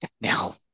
now